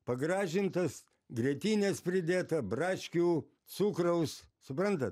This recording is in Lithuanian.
pagražintas grietinės pridėta braškių cukraus suprantat